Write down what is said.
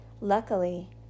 Luckily